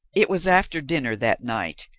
it was after dinner that night,